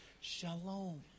Shalom